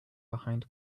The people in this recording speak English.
behind